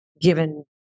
given